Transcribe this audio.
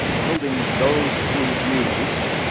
holding those two views,